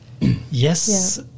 Yes